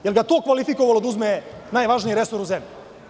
Da li ga je to kvalifikovalo da uzme najvažniji resor u zemlji?